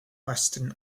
western